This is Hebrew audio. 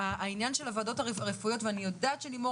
העניין של הועדות הרפואיות ואני יודעת שלימור